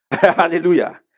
Hallelujah